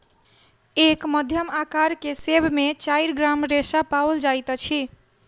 एक मध्यम अकार के सेब में चाइर ग्राम रेशा पाओल जाइत अछि